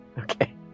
Okay